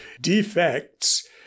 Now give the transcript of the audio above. defects